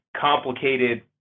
complicated